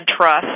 Trust